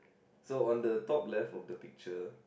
so on the top left of the picture